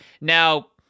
Now